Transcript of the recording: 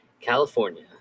California